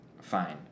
Fine